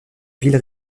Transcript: ville